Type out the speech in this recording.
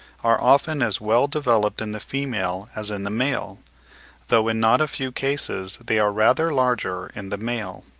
are often as well-developed in the female as in the male though in not a few cases they are rather larger in the male.